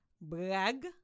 brag